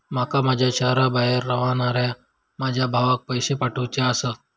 माका माझ्या शहराबाहेर रव्हनाऱ्या माझ्या भावाक पैसे पाठवुचे आसा